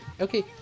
okay